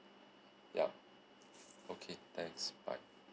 yup okay thanks bye